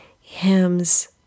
hymns